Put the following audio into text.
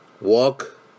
walk